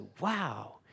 Wow